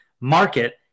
market